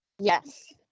Yes